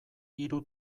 hiru